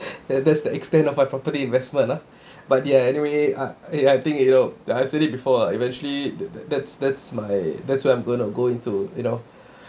that's the extent of my property investment lah but ya anyway uh eh I think you know like I said it before ah eventually the that's that's my that's why I'm going to go into you know